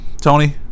Tony